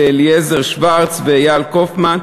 לאליעזר שוורץ ואיל קופמן.